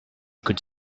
could